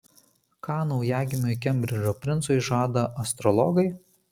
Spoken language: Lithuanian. ką naujagimiui kembridžo princui žada astrologai